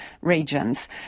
regions